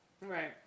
Right